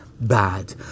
bad